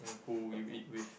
who you eat with